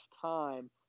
time